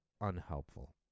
unhelpful